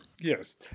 Yes